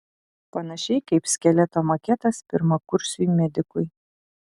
panašiai kaip skeleto maketas pirmakursiui medikui